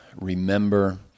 remember